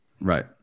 Right